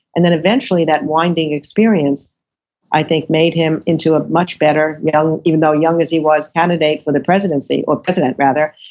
and then eventually that winding experience i think, made him into a much better you know even though young as he was, candidate for the presidency, or president rather,